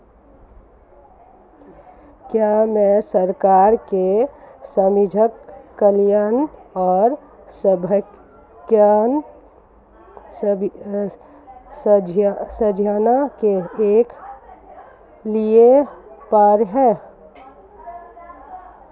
क्या मैं सरकार के सामाजिक कल्याण और स्वास्थ्य योजना के लिए पात्र हूं?